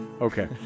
Okay